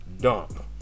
dump